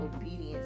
obedience